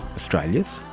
australia's?